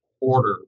order